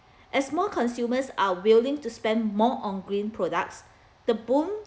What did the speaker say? as more consumers are willing to spend more on green products the boom